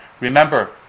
Remember